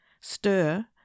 Stir